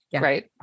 Right